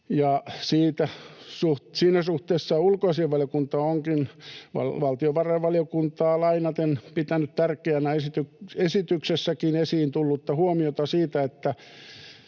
siinä suhteessa ulkoasiainvaliokunta onkin valtiovarainvaliokuntaa lainaten pitänyt tärkeänä esityksessäkin esiin tullutta huomiota siitä, että